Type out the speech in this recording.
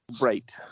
Right